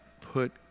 put